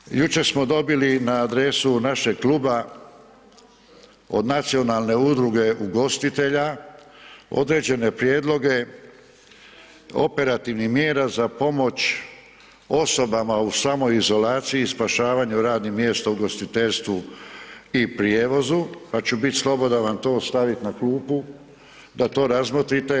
I treće, jučer smo dobili na adresu našeg kluba od Nacionalne udruge ugostitelja određene prijedloge operativnih mjera za pomoć osobama u samoizolaciji i spašavanju radnih mjesta u ugostiteljstvu i prijevozu, pa ću bit slobodan da vam to stavit na klupu da to razmotrite.